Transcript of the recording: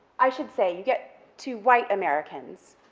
i should say, you get two white americans